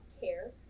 care